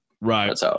Right